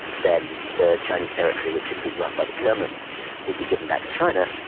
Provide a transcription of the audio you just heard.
then the chinese territory which had been run by the germans would be given back to china.